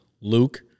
Luke